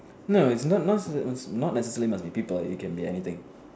no not no not necessarily must be people can be anything